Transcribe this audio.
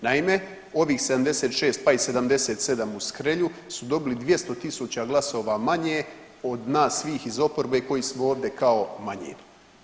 Naime, ovih 76 pa i 77 uz Hrelju su dobili 200.000 glasova manje od nas svih iz oporbe koji smo ovdje kao manjina.